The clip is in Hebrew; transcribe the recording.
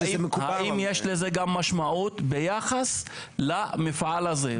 האם יש לזה גם משמעות ביחס למפעל הזה,